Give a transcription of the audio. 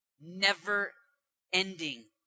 never-ending